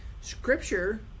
scripture